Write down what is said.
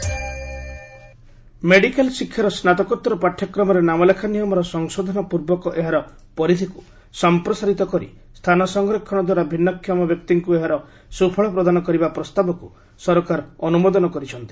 health disability medical ଶିକ୍ଷାର ସ୍ନାତକୋଉର ପାଠ୍ୟକ୍ରମରେ ନାମଲେଖା ନିୟମର ସଂଶୋଧନ ପୂର୍ବକ ଏହାର ପରିଧକୁ ସମ୍ପ୍ରସାରିତ କରି ସ୍ଥାନ ସଂରକ୍ଷଣଦ୍ୱାରା ଭିନ୍ନକ୍ଷମ ବ୍ୟକ୍ତିଙ୍କୁ ଏହାର ସୁଫଳ ପ୍ରଦାନ କରିବା ପ୍ରସ୍ତାବକୁ ସରକାର ଅନୁମୋଦନ କରିଛନ୍ତି